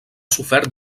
sofert